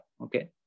Okay